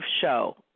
show